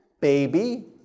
Baby